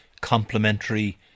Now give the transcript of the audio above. complementary